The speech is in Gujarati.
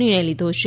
નિર્ણય લીધો છે